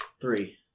Three